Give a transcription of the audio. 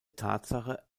tatsache